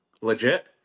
legit